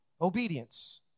Obedience